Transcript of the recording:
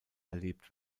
erlebt